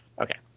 Okay